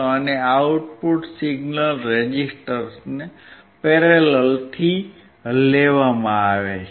અને output signal રેઝિસ્ટરને parallel થી લેવામાં આવે છે